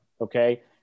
okay